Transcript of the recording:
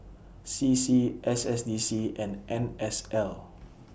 C C S S D C and N S L